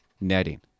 netting